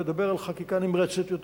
מדבר על חקיקה נמרצת יותר.